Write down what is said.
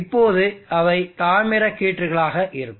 இப்போது அவை தாமிர கீற்றுகளாக இருக்கும்